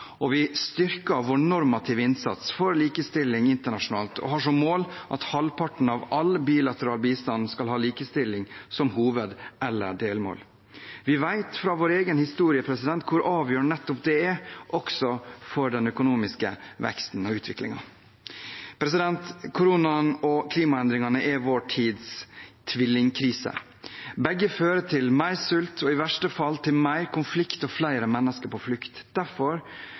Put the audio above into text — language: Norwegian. Vi styrker vår normative innsats for likestilling internasjonalt og har som mål at halvparten av all bilateral bistand skal ha likestilling som hoved- eller delmål. Vi vet fra vår egen historie hvor avgjørende nettopp dette er også for den økonomiske veksten og utviklingen. Koronaen og klimaendringene er vår tids tvillingkrise. Begge fører til mer sult og i verste fall til mer konflikt og flere mennesker på flukt. Derfor